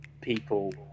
people